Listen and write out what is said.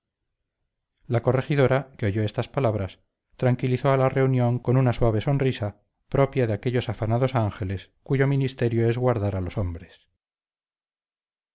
la corregidora que oyó estas palabras tranquilizó a la reunión con una suave sonrisa propia de aquellos afanados ángeles cuyo ministerio es guardar a los hombres